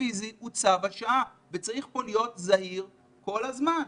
צו השעה וצריך להיות פה זהיר כל הזמן.